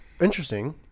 interesting